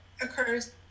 occurs